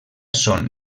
són